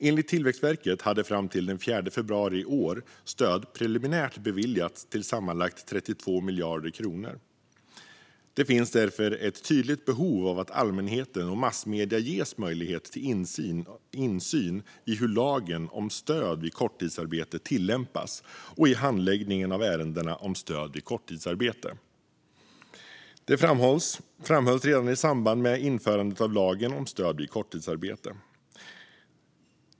Enligt Tillväxtverket hade fram till den 4 februari i år stöd preliminärt beviljats på sammanlagt 32 miljarder kronor. Det finns därför ett tydligt behov av att allmänheten och massmedierna ges möjlighet till insyn i hur lagen om stöd vid korttidsarbete tillämpas och i handläggningen av ärenden om stöd vid korttidsarbete. Det framhölls redan i samband med införandet av lagen om stöd vid korttidsarbete.